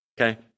okay